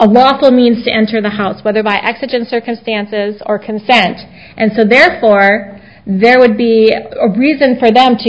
a lawful means to enter the house whether by exigent circumstances or consent and so therefore there would be a reason for them to